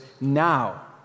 now